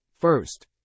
first